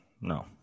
No